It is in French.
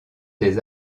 des